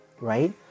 right